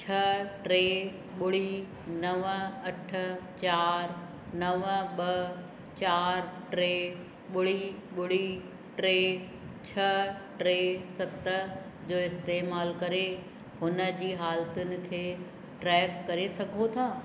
छह टे ॿुड़ी नव अठ चारि नव ॿ चारि टे ॿुड़ी ॿुड़ी टे छह टे सत जो इस्तेमालु करे उनजी हालतुनि खे ट्रैक करे सघो था